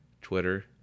twitter